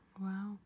Wow